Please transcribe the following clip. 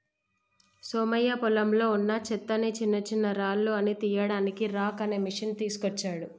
సోమయ్య పొలంలో వున్నా చెత్తని చిన్నచిన్నరాళ్లు అన్ని తీయడానికి రాక్ అనే మెషిన్ తీస్కోచిండు